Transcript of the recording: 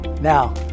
Now